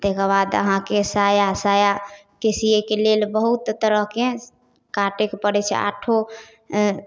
ताहिके बाद अहाँके साया सायाके सिएके लेल बहुत तरहके काटैके पड़ै छै आठो